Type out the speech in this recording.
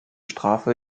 strafe